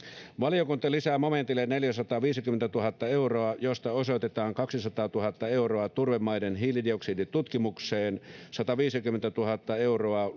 valiokunta lisää momentille neljäsataaviisikymmentätuhatta euroa josta osoitetaan kaksisataatuhatta euroa turvemaiden hiilidioksiditutkimukseen sataviisikymmentätuhatta euroa